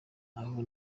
aho